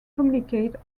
communicate